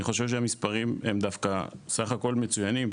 אני חושב שהמספרים הם דווקא סך הכל מצוינים.